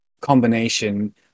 combination